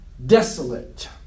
Desolate